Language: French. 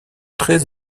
très